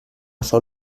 sòl